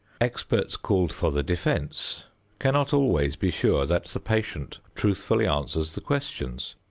experts called for the defense cannot always be sure that the patient truthfully answers the questions.